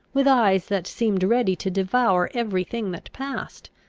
with eyes that seemed ready to devour every thing that passed.